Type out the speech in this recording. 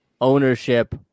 ownership